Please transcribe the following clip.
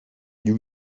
you